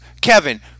Kevin